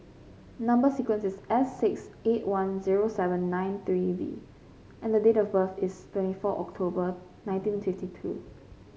number sequence is S six eight one zero seven nine three V and date of birth is twenty four October nineteen fifty two